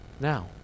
Now